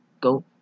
go